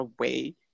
away